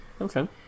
Okay